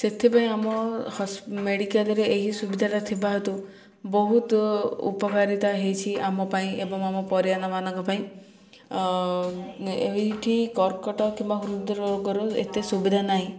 ସେଥିପାଇଁ ଆମ ମେଡ଼ିକାଲ୍ରେ ଏହି ସୁବିଧାଟା ଥିବା ହେତୁ ବହୁତ ଉପକାରିତା ହେଇଛି ଆମ ପାଇଁ ଏବଂ ଆମ ପରିଜନମାନଙ୍କ ପାଇଁ ଏଇଠି କର୍କଟ୍ କିମ୍ବା ହୃଦ୍ ରୋଗର ଏତେ ସୁବିଧା ନାହିଁ